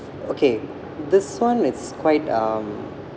okay this one it's quite um